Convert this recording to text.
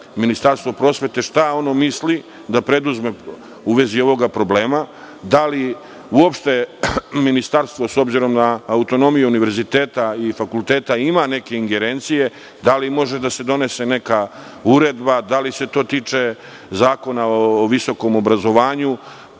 Ministarstvo prosvete šta ono misli da preduzme u vezi ovoga problema? Da li uopšte ministarstvo, s obzirom na autonomiju univerziteta i fakulteta ima neke ingerencije? Da li može da se donese neka uredba? Da li se to tiče Zakona o visokom obrazovanju?